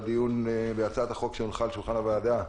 בדיון בהצעת החוק שהונחה על שולחן הוועדה,